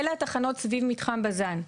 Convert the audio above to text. אלה התחנות סביב מתחם בזן,